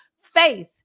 faith